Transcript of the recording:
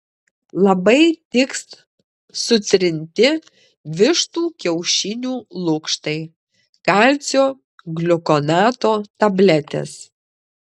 labai tiks sutrinti vištų kiaušinių lukštai kalcio gliukonato tabletės